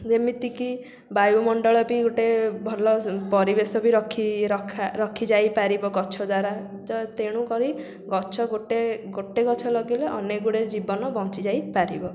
ଯେମିତିକି ବାୟୁମଣ୍ଡଳ ବି ଗୋଟେ ଭଲ ପରିବେଶ ବି ରଖି ରଖି ଯାଇପାରିବ ଗଛ ଦ୍ୱାରା ତ ତେଣୁ କରି ଗଛ ଗୋଟେ ଗୋଟେ ଗଛ ଲଗେଇଲେ ଅନେକଗୁଡ଼େ ଜୀବନ ବଞ୍ଚି ଯାଇ ପାରିବ